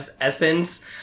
essence